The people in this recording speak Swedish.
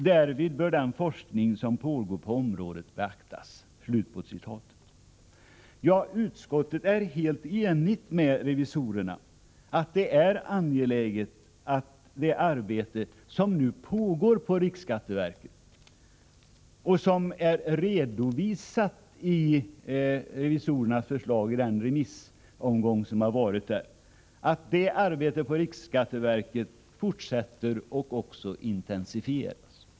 Därvid bör den forskning som pågår på området beaktas.” Utskottet är helt enigt med revisorerna att det är mycket angeläget att det arbete som pågår på riksskatteverket, redovisat i revisorernas förslag vid remissbehandlingen, fortsätter och intensifieras.